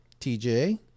TJ